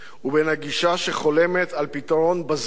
ובין הגישה שחולמת על פתרון בזק